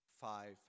five